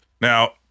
Now